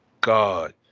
God